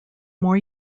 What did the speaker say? more